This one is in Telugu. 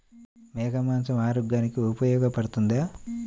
మేక మాంసం ఆరోగ్యానికి ఉపయోగపడుతుందా?